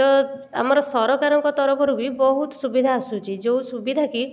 ତ ଆମର ସରକାରଙ୍କ ତରଫରୁ ବି ବହୁତ ସୁବିଧା ଆସୁଛି ଯୋଉ ସୁବିଧା କି